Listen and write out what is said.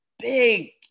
big